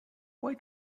why